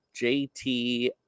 JT